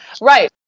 Right